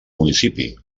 municipi